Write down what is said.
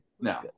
no